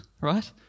right